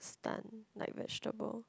stun like vegetable